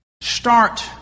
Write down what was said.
start